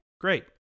great